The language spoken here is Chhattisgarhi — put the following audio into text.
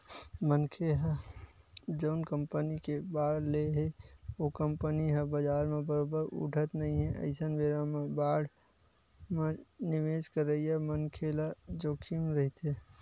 मनखे ह जउन कंपनी के बांड ले हे ओ कंपनी ह बजार म बरोबर उठत नइ हे अइसन बेरा म बांड म निवेस करइया मनखे ल जोखिम रहिथे